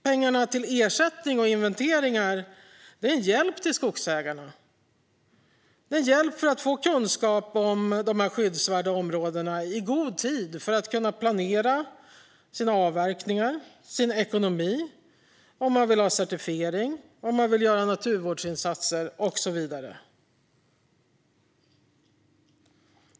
Pengarna till ersättning och inventeringar är en hjälp till skogsägarna att få kunskap om skyddsvärda områden i god tid för att kunna planera sina avverkningar och sin ekonomi. Man kanske vill ha certifiering, göra naturvårdsinsatser och så vidare.